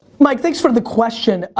mike, thanks for the question.